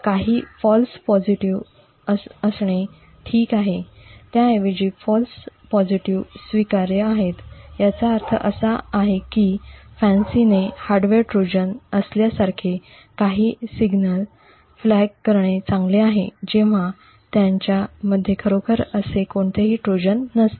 काही false positive असणे ठीक आहे त्याऐवजी फॉल्स पॉसिटीव्ह स्वीकार्य आहेत याचा अर्थ असा आहे की फॅन्सीने हार्डवेअर ट्रोजन असल्यासारखे काही सिग्नल ध्वजांकित करणे चांगले आहे जेव्हा त्यांच्या मध्ये खरोखर असे कोणतेही ट्रोजन नसते